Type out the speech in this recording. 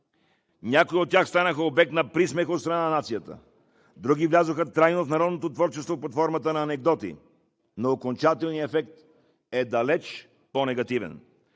Някои от тях станаха обект на присмех от страна на нацията, други влязоха трайно в народното творчество под формата на анекдоти, но окончателният ефект е далеч по-негативен.